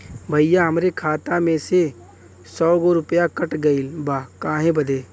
भईया हमरे खाता में से सौ गो रूपया कट गईल बा काहे बदे?